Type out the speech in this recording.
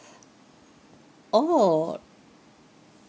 oh